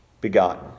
begotten